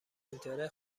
اینطوره